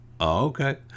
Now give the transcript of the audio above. okay